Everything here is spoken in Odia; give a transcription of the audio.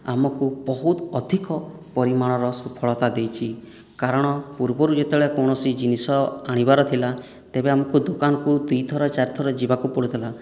ଆମକୁ ବହୁତ ଅଧିକ ପରିମାଣର ସଫଳତା ଦେଇଛି କାରଣ ପୂର୍ବରୁ ଯେତେବେଳେ କୌଣସି ଜିନିଷ ଆଣିବାର ଥିଲା ତେବେ ଆମକୁ ଦୋକାନକୁ ଦୁଇ ଥର ଚାରି ଥର ଯିବାକୁ ପଡ଼ୁଥିଲା